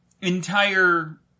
entire